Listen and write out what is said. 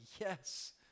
yes